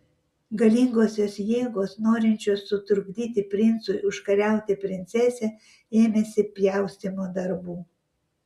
galingosios jėgos norinčios sutrukdyti princui užkariauti princesę ėmėsi pjaustymo darbų